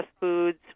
foods